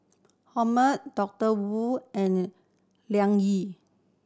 Hormel Doctor Wu and Liang Yi